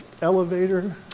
elevator